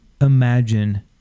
imagine